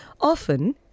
often